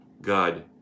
God